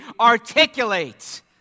articulate